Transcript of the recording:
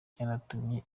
byanatumye